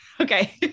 okay